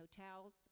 hotels